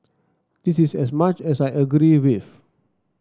this is as much as I agree with